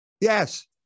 Yes